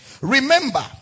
Remember